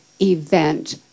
event